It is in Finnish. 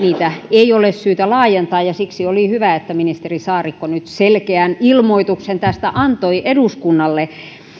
ei ole syytä laajentaa ja siksi oli hyvä että ministeri saarikko nyt selkeän ilmoituksen tästä antoi eduskunnalle